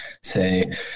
say